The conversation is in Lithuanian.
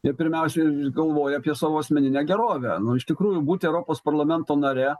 jie pirmiausia galvoja apie savo asmeninę gerovę iš tikrųjų būti europos parlamento nare